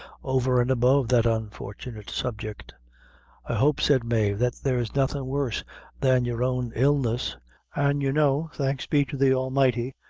over and above that unfortunate subject. i hope, said mave, that there's nothing worse than your own illness an' you know, thanks be to the almighty,